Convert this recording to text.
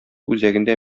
үзәгендә